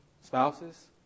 spouses